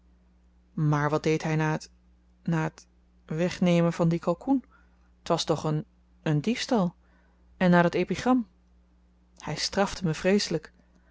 maar wat deed hy na t na t wegnemen van dien kalkoen t was toch een diefstal en na dat epigram hy strafte me vreeselyk